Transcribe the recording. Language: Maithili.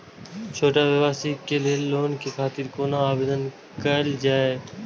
छोट व्यवसाय के लोन के खातिर कोना आवेदन कायल जाय?